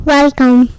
Welcome